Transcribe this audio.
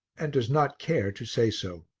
and does not care to say so.